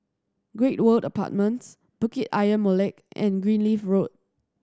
Great World Apartments Bukit Ayer Molek and Greenleaf Road